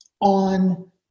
on